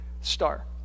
star